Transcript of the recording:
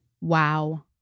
Wow